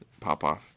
Popoff